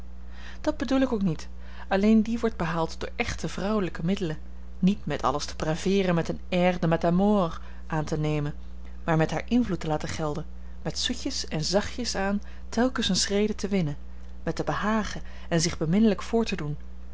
dat bedoel ik ook niet alleen die wordt behaald door echt vrouwelijke middelen niet met alles te braveeren met een air de matamore aan te nemen maar met haar invloed te laten gelden met zoetjes en zachtjes aan telkens eene schrede te winnen met te behagen en zich beminlijk voor te doen